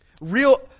real